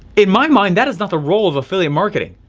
in my mind, that is not the role of affiliate marketing.